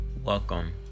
Welcome